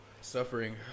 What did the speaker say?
suffering